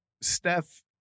Steph